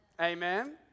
Amen